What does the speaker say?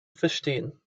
verstehen